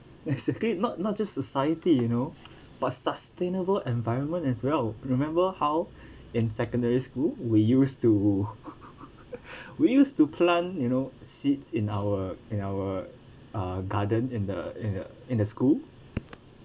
exactly not not just society you know but sustainable environment as well remember how in secondary school we used to we used to plant you know seeds in our in our uh garden in the in the in the school